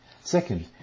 Second